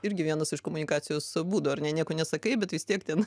irgi vienas iš komunikacijos būdų ar ne nieko nesakai bet vis tiek ten